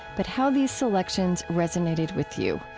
but how these selections resonated with you.